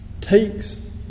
takes